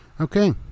Okay